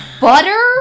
butter